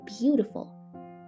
beautiful